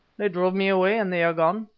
they drove me away, and they are gone.